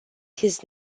his